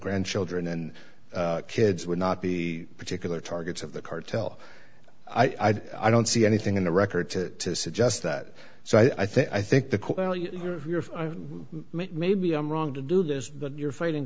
children and kids would not be particular targets of the cartel i don't see anything in the record to suggest that so i think i think the maybe i'm wrong to do this but you're fighting